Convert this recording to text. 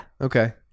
Okay